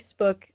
Facebook